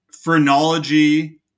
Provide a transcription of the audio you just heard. phrenology